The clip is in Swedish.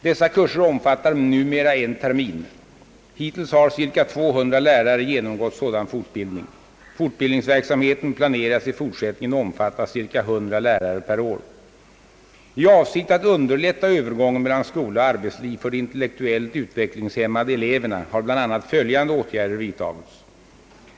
Dessa kurser omfattar numera en termin. Hittills har cirka 200 lärare genomgått sådan fortbildning. Fortbildningsverksamheten planeras i fortsättningen omfatta cirka 100 lärare per år. I avsikt att underlätta övergången mellan skola och arbetsliv för de intellektuellt utvecklingshämmade eleverna har bl.a. följande åtgärder vidtagits.